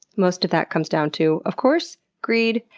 most of that comes down to, of course, greed.